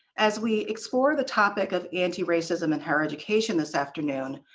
as we explore the topic of anti-racism in higher education this afternoon,